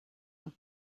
are